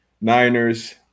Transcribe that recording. Niners